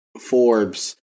Forbes